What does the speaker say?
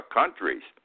countries